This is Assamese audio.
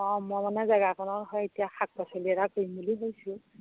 অঁ মই মানে জেগাকণৰ হয় এতিয়া শাক পাচলি এটা কৰিম বুলি ভাবিছোঁ